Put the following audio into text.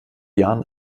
jahren